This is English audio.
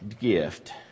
gift